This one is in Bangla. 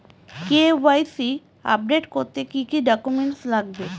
কে.ওয়াই.সি আপডেট করতে কি কি ডকুমেন্টস লাগবে?